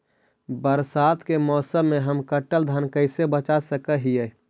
बरसात के मौसम में हम कटल धान कैसे बचा सक हिय?